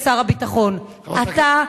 לשר הביטחון: אתה,